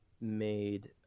made